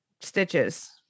stitches